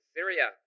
Syria